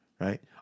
Right